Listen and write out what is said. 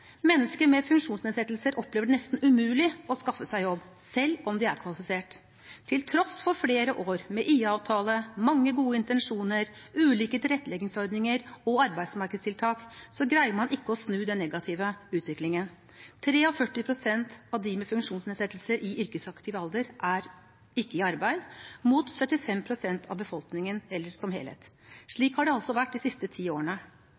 Mennesker med funksjonsnedsettelser opplever det som nesten umulig å skaffe seg jobb, selv om de er kvalifisert. Til tross for flere år med IA-avtale, mange gode intensjoner, ulike tilretteleggingsordninger og arbeidsmarkedstiltak greier man ikke å snu den negative utviklingen. 43 pst. av dem med funksjonsnedsettelser som er i yrkesaktiv alder, er ikke i arbeid, mot 75 pst. av befolkningen ellers, som helhet. Slik har det altså vært de siste ti årene.